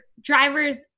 drivers